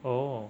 oh